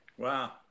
Wow